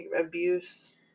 abuse